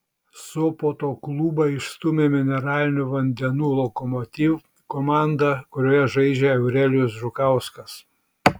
sopoto klubą išstūmė mineralinių vandenų lokomotiv komanda kurioje žaidžia eurelijus žukauskas